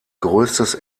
größtes